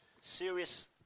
Serious